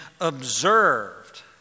observed